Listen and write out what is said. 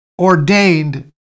ordained